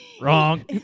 Wrong